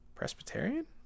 presbyterian